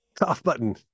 Off-button